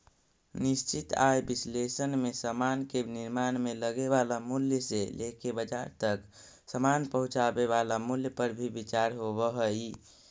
निश्चित आय विश्लेषण में समान के निर्माण में लगे वाला मूल्य से लेके बाजार तक समान पहुंचावे वाला मूल्य पर भी विचार होवऽ हई